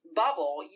bubble